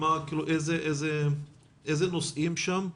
איזה נושאים עולים שם?